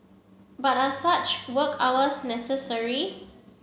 but are such work hours necessary